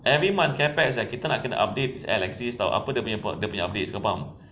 every month care pax kita nak kena update alexis [tau] apa dia punya updates kau faham